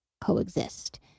coexist